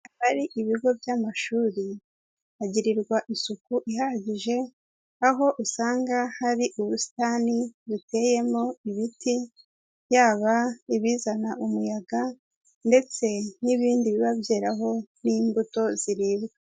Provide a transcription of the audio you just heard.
Ahari ibigo by'amashuri hagirirwa isuku ihagije, aho usanga hari ubusitani duteyemo ibiti yaba ibizana umuyaga ndetse n'ibindi biba byeraho n'imbuto ziribwa.